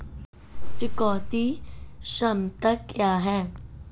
चुकौती क्षमता क्या है?